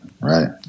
right